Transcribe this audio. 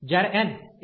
જ્યારે n 0